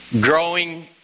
growing